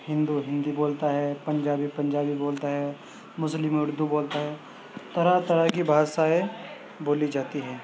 ہندو ہندی بولتا ہے پنجابی پنجابی بولتا ہے مسلم اردو بولتا ہے طرح طرح کی بھاشائیں بولی جاتی ہے